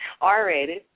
R-rated